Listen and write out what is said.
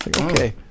Okay